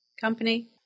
company